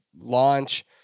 launch